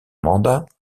mandat